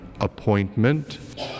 appointment